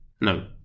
no